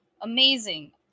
amazing